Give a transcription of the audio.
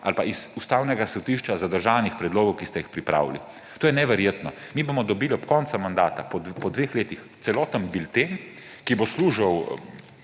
ali pa iz Ustavnega sodišča zadržanih predlogov, ki ste jih pripravili. To je neverjetno. Mi bomo dobili ob koncu mandata, po dveh letih, celoten bilten, ki bo služil